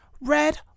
Red